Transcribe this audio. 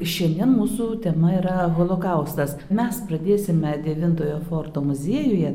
šiandien mūsų tema yra holokaustas mes pradėsime devintojo forto muziejuje